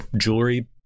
jewelry